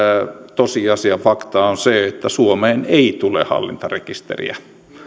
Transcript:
tosiasia fakta on se että suomeen ei tule hallintarekisteriä